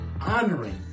honoring